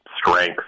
Strength